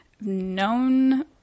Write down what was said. known